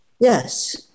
Yes